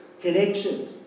connection